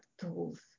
tools